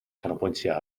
canolbwyntio